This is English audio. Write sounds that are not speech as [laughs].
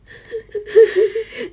[laughs]